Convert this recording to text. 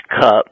cup